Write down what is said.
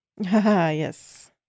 Yes